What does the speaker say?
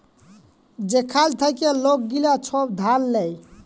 যেখাল থ্যাইকে লক গিলা ছব ধার লেয়